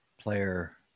player